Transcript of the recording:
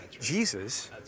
Jesus